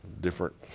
different